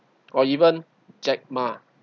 or even jack ma